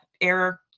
error